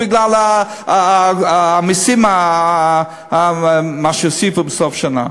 בגלל המסים שהוסיפו בסוף השנה.